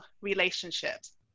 relationships